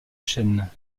chaîne